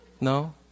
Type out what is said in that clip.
No